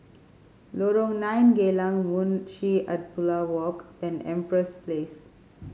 Lorong Nine Geylang Munshi Abdullah Walk and Empress Place